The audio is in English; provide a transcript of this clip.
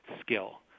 skill